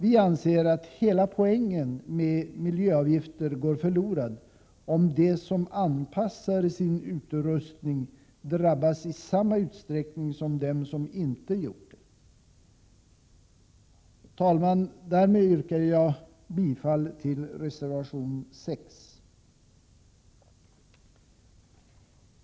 Vi anser att hela poängen med miljöavgifter går förlorad om de som anpassar sin utrustning drabbas i samma utsträckning som de som inte gör det. Herr talman! Därmed yrkar jag bifall till reservation 6.